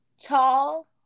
tall